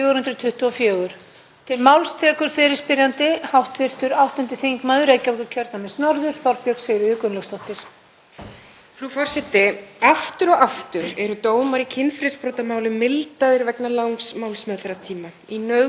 Aftur og aftur eru dómar í kynferðisbrotamálum mildaðir vegna langs málsmeðferðartíma, í nauðgunarmálum og í alvarlegum kynferðisbrotamálum gegn börnum. Upplifir brotaþoli réttlæti þegar refsing er lækkuð vegna tafa við afgreiðslu?